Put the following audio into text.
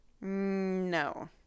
No